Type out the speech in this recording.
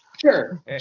Sure